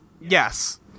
Yes